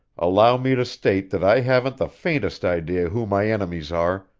allow me to state that i haven't the faintest idea who my enemies are,